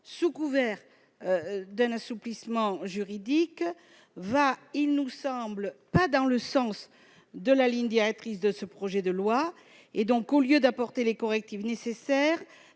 sous couvert d'un assouplissement juridique, ne va pas dans le sens de la ligne directrice de ce projet de loi : au lieu d'apporter les correctifs nécessaires,